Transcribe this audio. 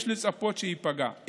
יש לצפות שייפגע.